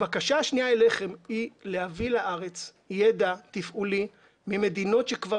הבקשה השנייה אליכם היא להביא לארץ ידע תפעולי ממדינות שכבר